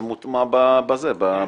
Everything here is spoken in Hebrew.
זה מוטמע ב --- כן,